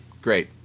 Great